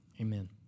Amen